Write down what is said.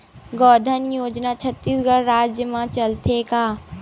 गौधन योजना छत्तीसगढ़ राज्य मा चलथे का?